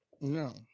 No